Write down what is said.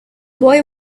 boy